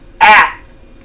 ass